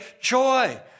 joy